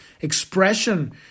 expression